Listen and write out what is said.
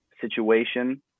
situation